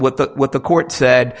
what the what the court said